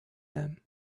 them